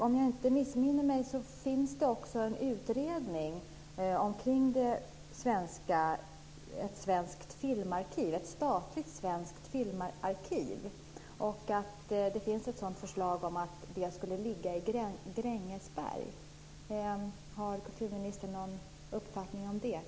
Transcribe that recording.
Om jag inte missminner mig har det gjorts en utredning om ett statligt svenskt filmarkiv. Det finns ett förslag om att ett sådant skulle ligga i Grängesberg. Har kulturminister någon uppfattning om det?